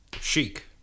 Chic